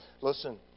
listen